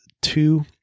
two